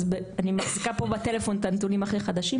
אז אני מחזיקה פה בטלפון את הנתונים הכי חדשים,